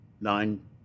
nine